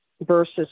versus